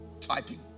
typing